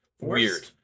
weird